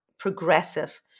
Progressive